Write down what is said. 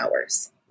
hours